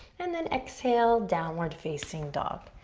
and then exhale, downward facing dog.